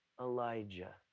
Elijah